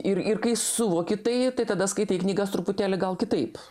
ir ir kai suvoki tai tai tada skaitai knygas truputėlį gal kitaip